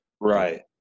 Right